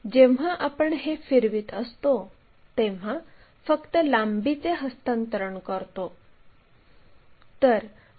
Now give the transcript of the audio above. जेव्हा आपण हे फिरवित असतो तेव्हा फक्त लांबीचे हस्तांतरण करतो